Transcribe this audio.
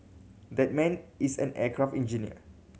that man is an aircraft engineer